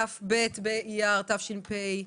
כ"ב באייר התשפ"ב.